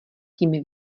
tím